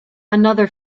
another